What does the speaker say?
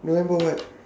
november what